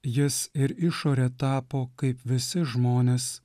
jis ir išore tapo kaip visi žmonės